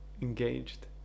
engaged